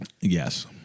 yes